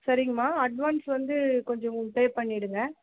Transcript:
சரிங்கம்மா அட்வான்ஸ் வந்து கொஞ்சம் பே பண்ணிவிடுங்க